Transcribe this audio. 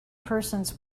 persons